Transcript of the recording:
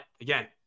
again